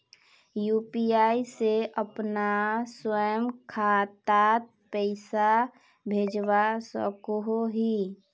UPI से अपना स्वयं खातात पैसा भेजवा सकोहो ही?